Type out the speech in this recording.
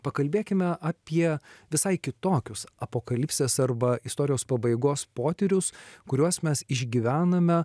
pakalbėkime apie visai kitokius apokalipsės arba istorijos pabaigos potyrius kuriuos mes išgyvename